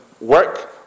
work